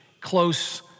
close